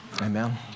Amen